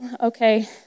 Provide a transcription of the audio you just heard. okay